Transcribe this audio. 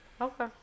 Okay